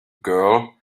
girl